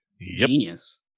Genius